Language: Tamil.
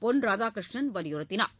பொன் ராதாகிருஷ்ணன் வலியுறுத்தினார்